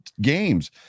games